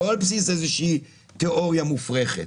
לא על בסיס איזו תיאוריה מופרכת.